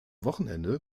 wochenende